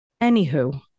anywho